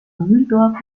mühldorf